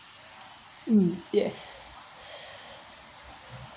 mm yes